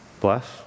Bless